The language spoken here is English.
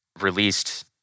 released